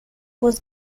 was